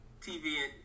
TV